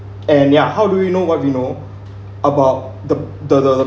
and ya how do we know what we know about the the the